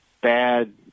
bad